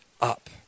up